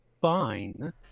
fine